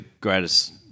greatest